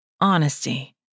honesty